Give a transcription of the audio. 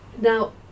Now